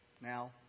now